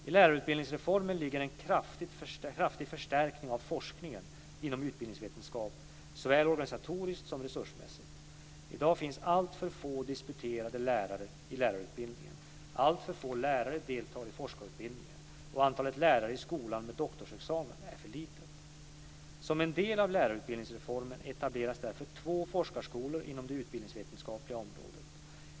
I lärarutbildningsreformen ligger en kraftig förstärkning av forskningen inom utbildningsvetenskap såväl organisatoriskt som resursmässigt. I dag finns alltför få disputerade lärare i lärarutbildningen, alltför få lärare deltar i forskarutbildningen och antalet lärare i skolan med doktorsexamen är för litet. Som en del av lärarutbildningsreformen etableras därför två forskarskolor inom det utbildningsvetenskapliga området.